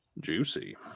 juicy